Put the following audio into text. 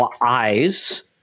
eyes